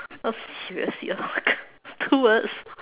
oh seriously oh my god two words